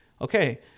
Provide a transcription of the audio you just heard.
Okay